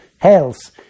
health